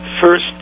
first